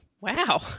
Wow